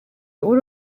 uri